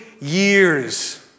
years